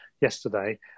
yesterday